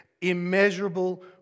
Immeasurable